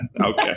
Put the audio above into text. Okay